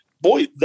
Boy